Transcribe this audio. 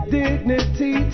dignity